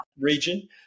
region